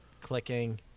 clicking